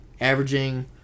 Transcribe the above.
averaging